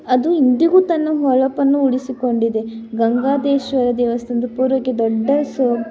ಅದು ಇಂದಿಗೂ ತನ್ನ ಹೊಳಪನ್ನು ಉಳಿಸಿಕೊಂಡಿದೆ ಗಂಗಾದೇಶ್ವರ ದೇವಸ್ಥಾನದ ಪೂರ್ವಕ್ಕೆ ದೊಡ್ಡ ಸೊ